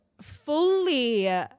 fully